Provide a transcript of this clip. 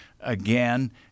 Again